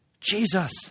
Jesus